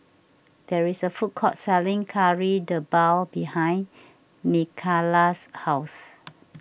there is a food court selling Kari Debal behind Mikala's house